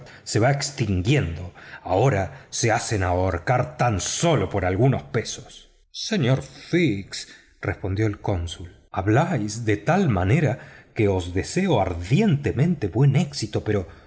se va extinguiendo ahora se hacen ahorcar tan sólo por algunos chelines señor fix respondió el cónsul habláis de tal manera que os deseo ardientemente buen éxito pero